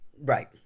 Right